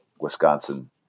Wisconsin